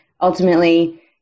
ultimately